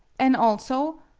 an' also,